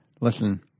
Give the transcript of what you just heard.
Listen